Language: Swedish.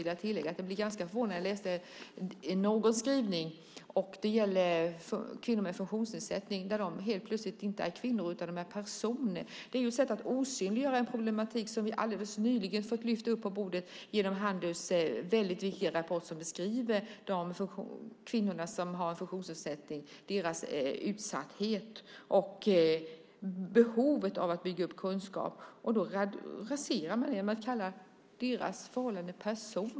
Jag läste en skrivning om kvinnor med funktionsnedsättning, där de helt plötsligt inte längre är kvinnor utan personer. Det är ett sätt att osynliggöra en problematik som vi alldeles nyligen fick upp ögonen för genom Handels viktiga rapport som beskriver kvinnor med funktionsnedsättning, deras utsatthet och behovet av att bygga upp kunskap. Man raserar detta genom att kalla dem "personer".